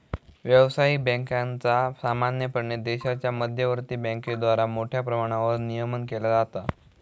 व्यावसायिक बँकांचा सामान्यपणे देशाच्या मध्यवर्ती बँकेद्वारा मोठ्या प्रमाणावर नियमन केला जाता